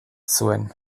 zuen